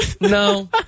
no